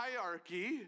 hierarchy